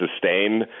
sustain